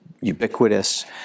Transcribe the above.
ubiquitous